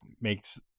makes